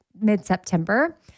mid-September